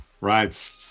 right